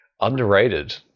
Underrated